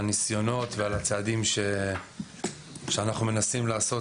הניסיונות והצעדים שאנחנו מנסים לעשות